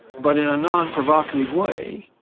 but in a non-provocative way,